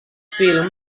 film